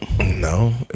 No